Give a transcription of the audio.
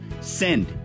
send